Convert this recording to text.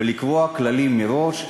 ולקבוע כללים מראש,